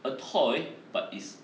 a toy but it's